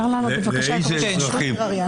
לאיזה אזרחים?